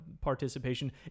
participation